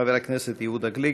חבר הכנסת יהודה גליק,